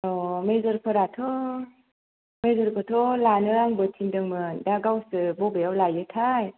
अह मेजरफोराथ' मेजरखौथ' लानो आंबो थिनदोंमोन दा गावसो बबेयाव लायोथाय